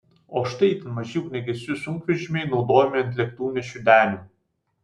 o štai itin maži ugniagesių sunkvežimiai naudojami ant lėktuvnešių denių